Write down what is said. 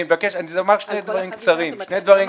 אני מבקש לומר שני דברים קצרים אדוני